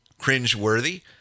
cringeworthy